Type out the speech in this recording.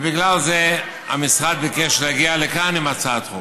בגלל זה המשרד ביקש להגיע לכאן עם הצעת חוק,